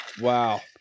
wow